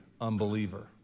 unbeliever